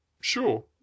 sure